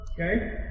Okay